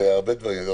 בהרבה דברים.